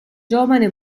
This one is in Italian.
giovane